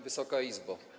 Wysoka Izbo!